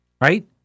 right